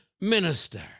minister